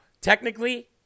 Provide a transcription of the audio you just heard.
technically